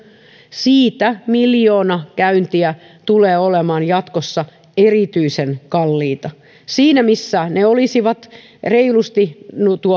siitä miljoona käyntiä tulee olemaan jatkossa erityisen kalliita siinä missä miljoonan käynnin maksut olisivat reilusti